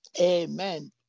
Amen